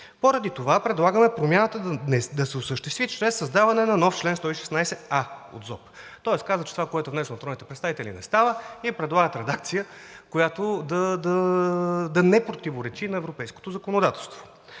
Поради това предлагаме промяната да се осъществи чрез създаване на нов чл. 116а от ЗОП.“ Тоест казва, че това, което е внесено от народните представители, не става и предлагат редакция, която да не противоречи на европейското законодателство.